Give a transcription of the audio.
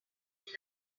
like